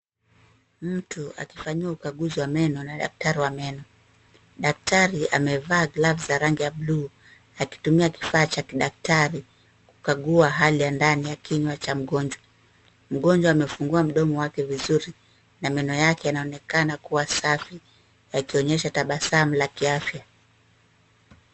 Mtu akifanyiwa ukaguzi wa meno na daktari wa meno. Daktari amevaa glavu za rangi ya buluu, akitumia kifaa cha kidaktari kukagua hali ya ndani ya kinywa cha mgonjwa. Mgonjwa amefungua mdomo wake vizuri na meno yake yanaonekana kuwa safi yakionyesha tabasamu la kiafya.